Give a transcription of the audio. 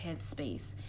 headspace